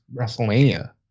WrestleMania